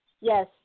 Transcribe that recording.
Yes